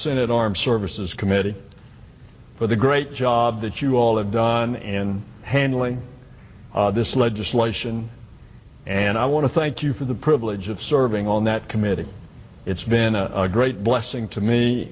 senate armed services committee for the great job that you all have done and handling this legislation and i want to thank you for the privilege of serving on that committee it's been a great blessing to me